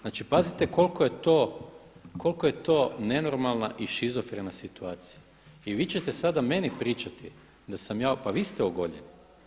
Znači pazite koliko je to nenormalna i šizofrena situacija i vi ćete sada meni pričati da sam ja, pa vi ste ogoljeni.